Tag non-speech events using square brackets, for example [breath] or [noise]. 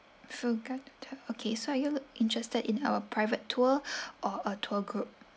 forgot to tell okay so are you interested in our private tour [breath] or a tour group